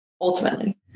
ultimately